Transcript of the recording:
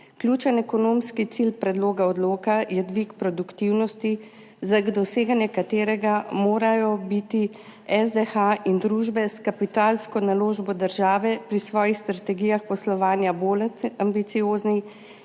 Ključen ekonomski cilj predloga odloka je dvig produktivnosti, za doseganje katerega morajo biti SDH in družbe s kapitalsko naložbo države pri svojih strategijah poslovanja bolj ambiciozni